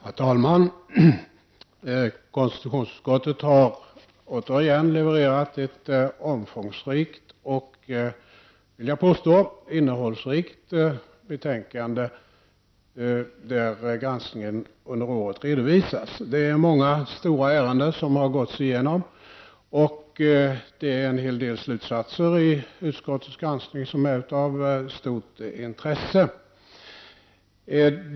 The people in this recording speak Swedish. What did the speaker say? Herr talman! Konstitutionsutskottet har återigen levererat ett omfångsrikt och ett — vill jag påstå — innehållsrikt betänkande, där granskningen under året redovisas. Det är många stora ärenden som har gåtts igenom. Utskottet har dragit en hel del slutsatser som är av stort intresse.